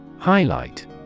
Highlight